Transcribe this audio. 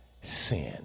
Sin